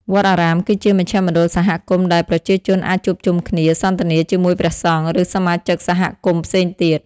វត្តអារាមគឺជាមជ្ឈមណ្ឌលសហគមន៍ដែលប្រជាជនអាចជួបជុំគ្នា សន្ទនាជាមួយព្រះសង្ឃ ឬសមាជិកសហគមន៍ផ្សេងទៀត។